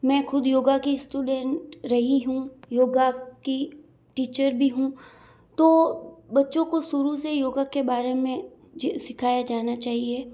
मैं ख़ुद योग की स्टूडेंट रही हूँ योगा की टीचर भी हूँ तो बच्चों को शुरू से योगा के बारे में सिखाया जाना चाहिए